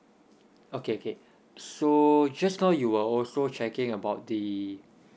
okay okay so just now you were also checking about the